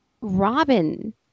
Robin